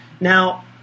Now